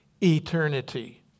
eternity